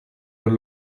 per